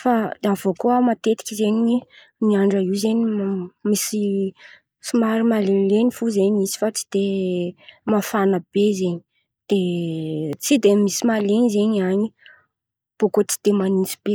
fa avô koa matetiky zen̈y ny andra io zen̈y misy somary malen̈ilen̈y fo zen̈y izy tsy de mafana be zen̈y de tsy de misy malen̈y zen̈y an̈y, bôkô tsy de manintsy be.